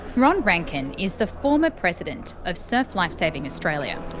ron rankin is the former president of surf life saving australia.